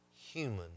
human